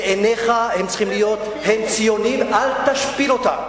בעיניך, הם ציונים, אל תשפיל אותם.